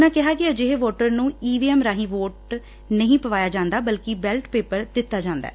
ਉਨ੍ਹਾਂ ਕਿਹਾ ਕਿ ਅਜਿਹੇ ਵੋਟਰ ਨੂੰ ਈ ਵੀ ਐਮ ਰਾਹੀਂ ਵੋਟ ਨਹੀਂ ਪਵਾਇਆ ਜਾਂਦਾ ਬਲਕਿ ਬੈਲਟ ਪੇਪਰ ਦਿੱਤਾ ਜਾਂਦਾ ਹੈ